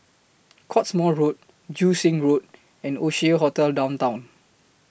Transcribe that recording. Cottesmore Road Joo Seng Road and Oasia Hotel Downtown